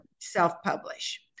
self-publish